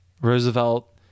Roosevelt